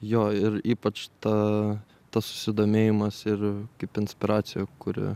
jo ir ypač ta tas susidomėjimas ir kaip inspiracija kuri